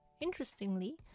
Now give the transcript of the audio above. Interestingly